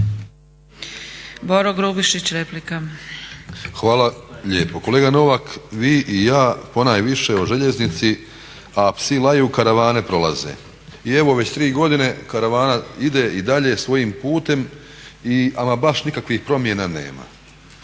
Hvala lijepo. Kolega Novak, vi i ja ponajviše o željeznici, a psi laju karavane prolaze. I evo već tri godine karavana ide i dalje svojim putem i ama baš nikakvih promjena nema.